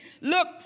look